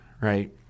Right